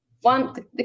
one